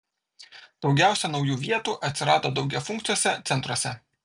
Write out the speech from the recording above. daugiausia naujų vietų atsirado daugiafunkciuose centruose